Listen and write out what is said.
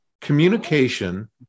Communication